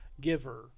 giver